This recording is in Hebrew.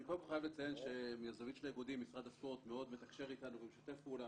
אני קודם כל חייב לציין שמשרד הספורט מאוד מתקשר איתנו ומשתף פעולה,